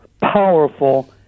powerful